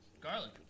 garlic